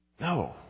No